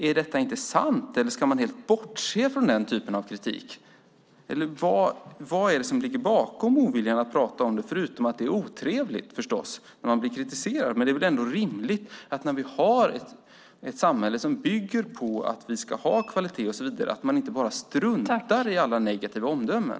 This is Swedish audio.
Är detta inte sant, eller ska man helt bortse från den typen av kritik? Vad är det som ligger bakom oviljan att prata om det förutom att det förstås är otrevligt att bli kritiserad? Det är väl ändå rimligt att man när vi har ett samhälle som bygger på att vi ska ha kvalitet inte bara struntar i alla negativa omdömen?